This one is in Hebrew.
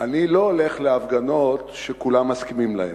אני לא הולך להפגנות שכולם מסכימים להן.